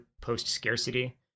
post-scarcity